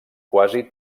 quasi